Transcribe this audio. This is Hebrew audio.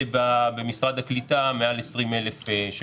במשרד הקליטה יש עוד מעל 20 אלף שממתינים.